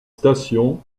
station